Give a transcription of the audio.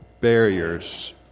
barriers